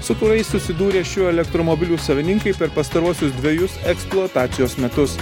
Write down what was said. su kuriais susidūrė šių elektromobilių savininkai per pastaruosius dvejus eksploatacijos metus